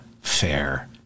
fair